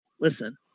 listen